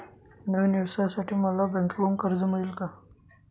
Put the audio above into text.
नवीन व्यवसायासाठी मला बँकेकडून कर्ज मिळेल का?